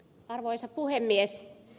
arvoisa puhemies